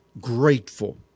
grateful